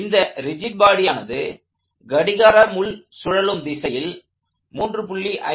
இந்தப் rigid body ஆனது கடிகார சுழலும் திசையில் 3